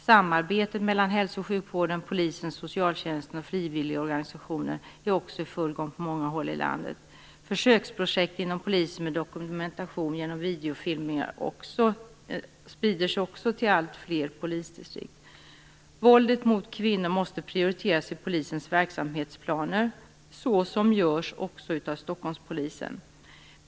Samarbetet mellan hälso och sjukvården, polisen, socialtjänsten och frivilligorganisationer är i full gång på många håll i landet. Också försöksprojekt med dokumentation genom videofilmning sprider sig till alltfler polisdistrikt. Arbetet med frågor om kvinnovåldet måste prioriteras i polisens verksamhetsplaner på det sätt som sker bl.a. inom Stockholmspolisen.